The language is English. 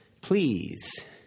Please